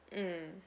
mm